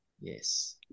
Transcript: Yes